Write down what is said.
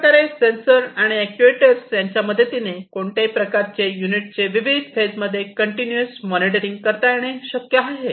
अशाप्रकारे सेन्सर आणि अॅक्ट्युएटर यांच्या मदतीने कोणत्याही युनिटचे विविध फेजमध्ये कंटीन्यूअस मॉनिटरिंग करता येणे शक्य आहे